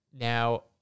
Now